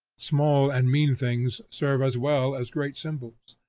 small and mean things serve as well as great symbols.